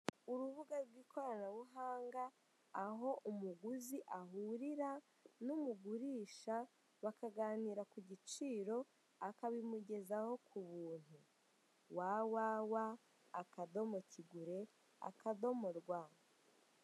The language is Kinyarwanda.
Urubuga rw'ikoranabuhanga, aho umuguzi ahurira n'umugurisha bakaganira ku giciro akabimugezaho ku buntu www akadomo kigure akadomo rwa.